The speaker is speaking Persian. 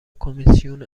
کمیسیون